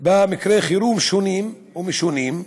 במקרי חירום שונים ומשונים,